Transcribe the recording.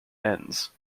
ends